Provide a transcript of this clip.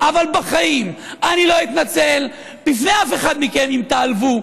אבל בחיים אני לא אתנצל בפני אף אחד מכם אם תיעלבו,